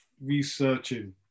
researching